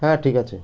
হ্যাঁ ঠিক আছে